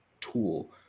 tool